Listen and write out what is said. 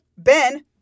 Ben